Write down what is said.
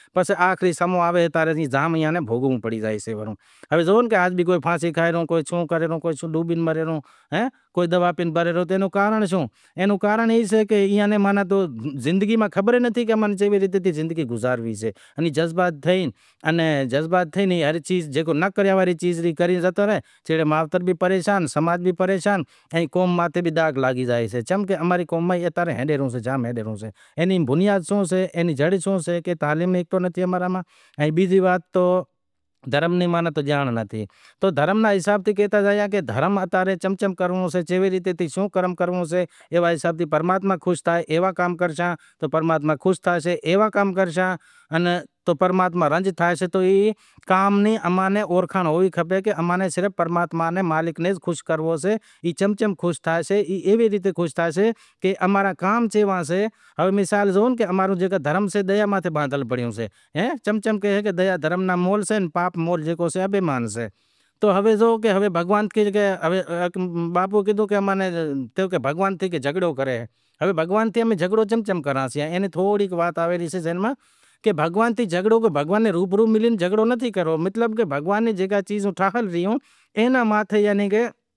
ایئے نی زاوے پسے چیم کہ اتا رے مہانگوئی سئے، بھت رے ودہ میں ودہ ترن دیگیں کھائیسیں پر آگرلاں رو کرایو ستر اسی نوے ہزار روپیا کرایو تھئی زاشے، گریب مانڑاں ویچارا چھاں تے بوجھ کرے، تو اماری کوشش ای لاگل پڑی سئے کہ کھاس کرے امیں تھوڑی تبدیلی آوے چم کہ ہر قوم رے اندر تبدیلی آوے گئی سئے پر اما ری وڈیاری قوم رے اندر تبدیلی نتھی آوتی، تو اما ری کوشش لاگل پڑی سئے کہ تبدیلی جیکو بھی ریت رسم سئہ اینا علاوہ میت تھئی زائیشے میت مطلب کوئی ویچارو گریب سئہ کوئی دفناوے سے کوئی اگن کاٹھ ڈالے، اگن کاٹھ رو مطلب ای سئے ہڑگاوے سے ٹھیک سئہ پسے کوئی ترن داہ میں ودھاڑے کوئی بارہ داہ ودھاڑے جیوو پسے حال سئے اوئی سے ایوا نمونے تے نام رو جیکو بھی سے ساستر ناں گیتا را ارڑنہاں ادھیا سئے جیکو گیتا را ارڑانہں ادھیا سے ای کرے پسے جیکو بھی سئے اینا نام ری دعا مانگاں سیں پرماتما جیکو بھی اے گلتیوں سلطیوں تھیوں اے ناں مافی ڈے چیم کہ ام انساں تو پل پل را گنہگار ساں، جیکو مری زائیشے ایوا نمونے سی دعا مانگا سیں، مٹ مائیٹ نیاںڑیں سیانڑیں دعا مانگیں سیں کہ پرماتما جیکو بھی اے ای گلتی تھی اے ایئے ناں مافی ڈیوے انیں کے سٹھا گھرے اوتار ہالجے۔ اما ری کوشش ای لاگل پڑی اے کہ ام مرنڑاں رو بھی خاشو رواج کاڈھی ہالشو۔